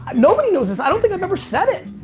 nobody knows this, i don't think i've ever said it.